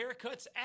Haircuts